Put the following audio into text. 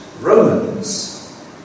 Romans